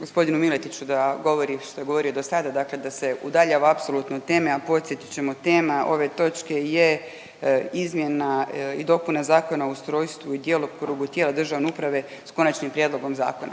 gospodinu Miletiću da govori šta je govorio do sada dakle da se udaljava apsolutno od teme, a podsjetit ćemo tema ove točke je izmjena i dopuna Zakona o ustrojstvu i djelokrugu tijela države uprave s konačnim prijedlogom zakona,